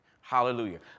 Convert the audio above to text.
Hallelujah